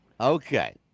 Okay